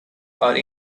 are